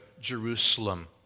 Jerusalem